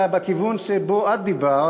בכיוון שבו את דיברת,